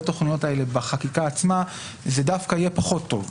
התכניות האלה בחקיקה עצמה זה דווקא יהיה פחות טוב.